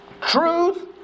Truth